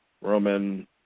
Roman